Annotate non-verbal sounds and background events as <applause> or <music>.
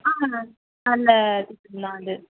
ஆ அதில் <unintelligible> அது